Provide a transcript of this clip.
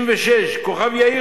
76%; כוכב-יאיר,